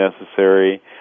necessary